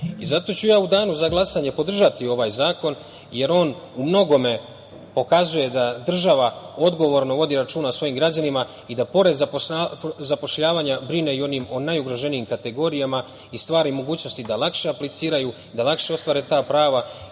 ću ja u Danu za glasanje podržati ovaj zakon, jer on u mnogome pokazuje da država odgovorno vodi računa o svojim građanima i da pored zapošljavanja brine i o onim najugroženijim kategorijama i stvaraju mogućnosti da lakše apliciraju, da lakše ostvare ta prava